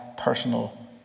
personal